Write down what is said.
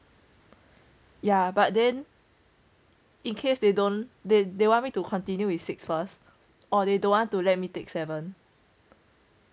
ya but then in case they don't they they want me to continue with six first or they don't want to let me take seven